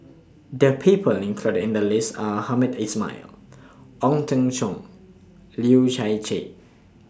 The People included in The list Are Hamed Ismail Ong Teng Cheong Leu Chye